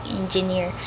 engineer